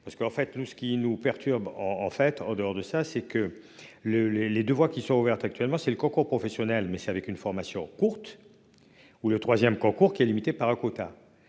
Parce qu'en fait nous ce qui nous perturbe en en fait en dehors de ça, c'est que le les les deux voies qui sont ouvertes actuellement c'est le concours professionnel mais c'est avec une formation courte. Ou le 3ème concours qui est limité par un quota.